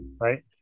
right